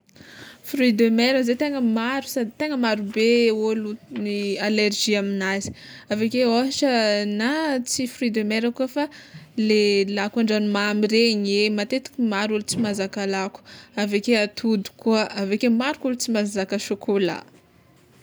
Fruit de mer zao tegna maro sady tegna marobe olo ny alerzia aminazy aveke ôhatra na tsy fruit de mer koa fa le lako an-dranomamy regny, e matetiky maro olo tsy mahazaka lako, aveke atody koa, aveke maro koa olo tsy mahazaka chocolat.